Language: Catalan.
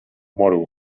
moro